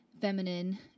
feminine